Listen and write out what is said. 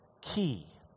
Key